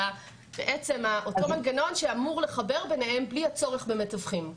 אלא אותו מנגנון שאמור לחבר ביניהם בלי הצורך במתווכים.